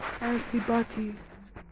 antibodies